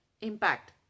impact